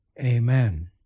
amen